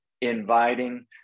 inviting